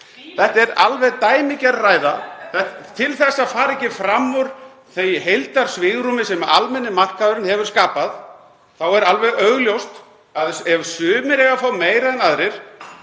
Þetta er alveg dæmigerð ræða. Til þess að fara ekki fram úr því heildarsvigrúmi sem almenni markaðurinn hefur skapað þá er alveg augljóst að ef sumir eiga að fá meira en aðrir